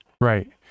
right